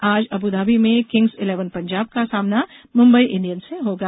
आज अबुधाबी में Kings Eleven Punjab का सामना मुंबई इंडियंस से होगा